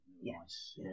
Yes